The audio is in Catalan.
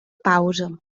pausa